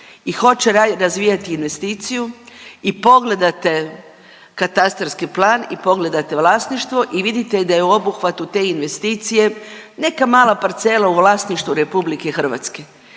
i hoće razvijati investiciju i pogledate katastarski plan i pogledate vlasništvo i vidite da je u obuhvatu te investicije neka mala parcela u vlasništvu RH. I znate